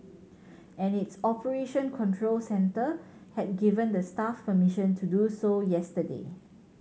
and its operation control centre had given the staff permission to do so yesterday